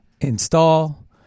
install